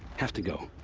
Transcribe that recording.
have to go.